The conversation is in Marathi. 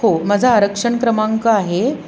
हो माझा आरक्षण क्रमांक आहे